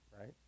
right